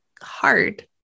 hard